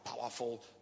powerful